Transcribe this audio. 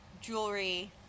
jewelry